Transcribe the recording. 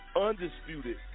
undisputed